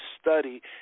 study